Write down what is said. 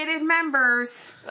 members